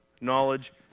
knowledge